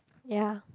ya